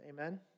Amen